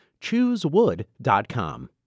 Choosewood.com